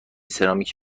سرامیک